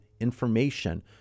information